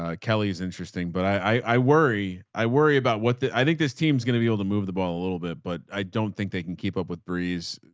ah kelly's interesting, but i, i worry. i worry about what the, i think this team's going to be able to move the ball a little bit, but i don't think they can keep up with breeze.